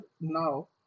now